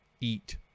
eat